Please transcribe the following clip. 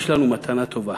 יש לנו מתנה טובה,